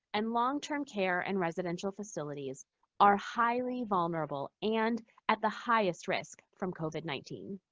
and long-term care and residential facilities are highly vulnerable and at the highest risk from covid nineteen.